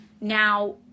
Now